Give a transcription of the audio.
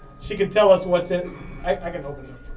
she can tell us what's in i can open it